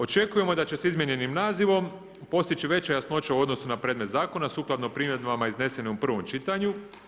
Očekujemo da će s izmijenjenim nazivom postići veća jasnoća u odnosu na predmet zakona sukladno primjedbama iznesenim u prvom čitanju.